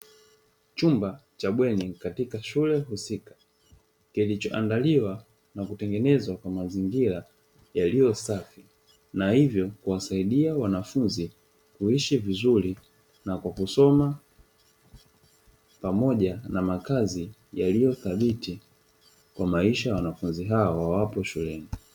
Chumba cha bweni katika shule husika, kilichoandaliwa na kutengenezwa kwa mazingira yaliyo safi, na hivyo kuwasaidia wanafunzi kuishi vizuri na kwa kusoma, pamoja na makazi yaliyothabiti kwa maisha ya wanafunzi hawa wawapo shuleni.